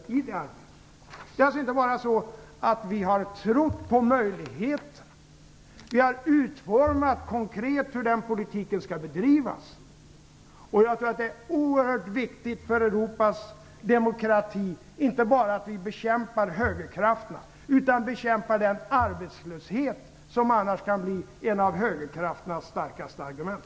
Det är alltså inte bara så att vi har trott på möjligheten. Vi har utformat konkret hur den politiken skall bedrivas. Jag tror att det är oerhört viktigt för Europas demokrati att vi bekämpar inte bara högerkrafterna utan också den arbetslöshet som annars kan bli en av högerkrafternas starkaste argument.